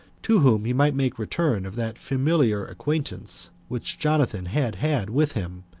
to whom he might make return of that familiar acquaintance which jonathan had had with him,